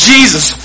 Jesus